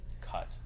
cut